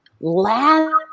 Last